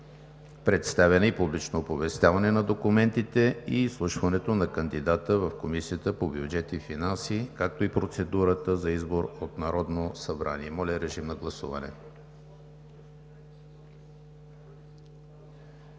представяне и публично оповестяване на документите и изслушването на кандидата в Комисията по бюджет и финанси, както и процедурата за избор от Народното събрание На заседание,